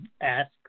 ask